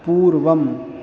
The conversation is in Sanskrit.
पूर्वम्